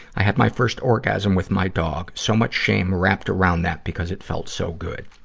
i had my first orgasm with my dog. so much shame wrapped around that because it felt so good.